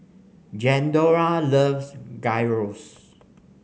Glendora loves Gyros